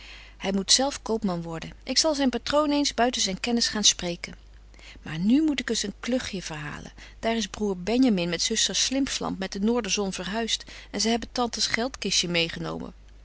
hy moet zelf koopman worden ik zal zyn patroon eens buiten zyn kennis gaan spreken maar nu moet ik u eens een klugtje verhabetje wolff en aagje deken historie van mejuffrouw sara burgerhart len daar is broêr benjamin met zuster slimpslamp met de noorderzon verhuist en zy hebben tantes geldkistje meêgenomen